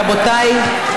רבותיי,